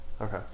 Okay